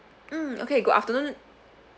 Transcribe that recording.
mm okay good afternoon